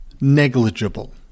negligible